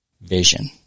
Vision